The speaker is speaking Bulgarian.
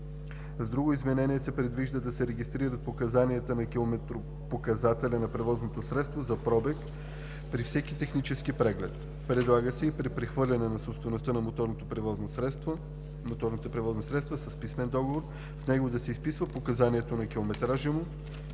С друго изменение се предвижда да се регистрират показанията на километропоказателя на превозното средство за пробег при всеки технически преглед. Предлага се и при прехвърляне на собствеността на моторното превозно средство с писмен договор в него да се изписват показанието на километража му